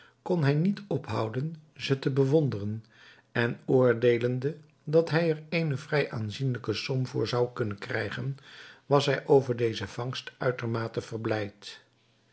kon hij niet ophouden ze te bewonderen en oordeelende dat hij er eene vrij aanzienlijke som voor zou kunnen krijgen was hij over deze vangst uitermate verblijd